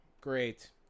great